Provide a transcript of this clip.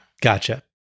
Gotcha